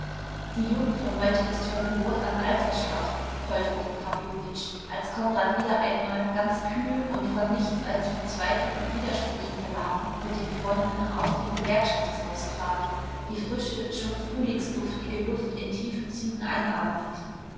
die jugend von heute ist von geburt an altersschwach polterte pawlowitsch als konrad wieder einmal ganz kühl und von nichts als von zweifeln und widersprüchen beladen mit den freunden aus dem gewerkschaftshaus trat die frische schon frühlingsduftige luft in tiefen zügen einatmend